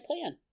plan